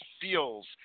Feels